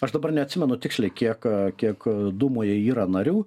aš dabar neatsimenu tiksliai kiek kiek dūmoje yra narių